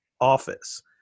office